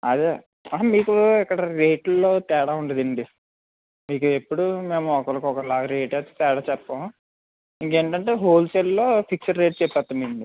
అదే మీకు ఇక్కడ రేటుల్లో తేడా ఉండదండి మీకు ఎప్పుడూ మేము ఒకళ్ళకి ఒకలాగా రేట్ అయితే తేడా చెప్పము ఇంకేంటంటే హోల్సేల్లో ఫిక్స్డ్ రేట్ చెపేస్తామండీ